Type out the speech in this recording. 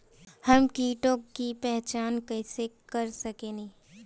हम कीटों की पहचान कईसे कर सकेनी?